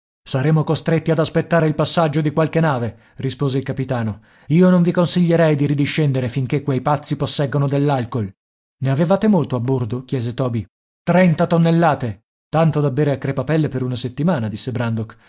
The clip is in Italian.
saremo costretti ad aspettare il passaggio di qualche nave rispose il capitano io non vi consiglierei di ridiscendere finché quei pazzi posseggono dell'alcool ne avevate molto a bordo chiese toby trenta tonnellate tanto da bere a crepapelle per una settimana disse